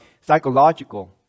psychological